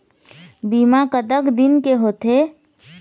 बीमा कतक दिन के होते?